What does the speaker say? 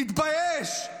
תתבייש.